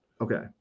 Okay